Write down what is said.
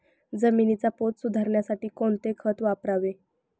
जमिनीचा पोत सुधारण्यासाठी कोणते खत वापरावे?